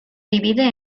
divide